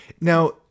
Now